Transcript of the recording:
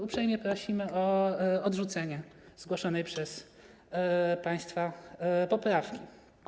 Uprzejmie prosimy o odrzucenie zgłoszonej przez państwa poprawki.